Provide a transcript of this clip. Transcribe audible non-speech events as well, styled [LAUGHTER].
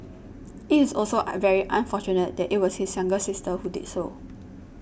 it is also [UNINTELLIGIBLE] very unfortunate that it was his younger sister who did so